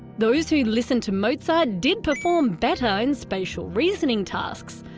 those who listened to mozart did perform better in spatial-reasoning tasks.